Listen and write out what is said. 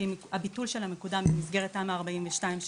שהביטול שלה מקודם באמצעות תמ"א 42,